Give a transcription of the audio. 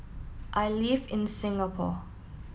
I live in Singapore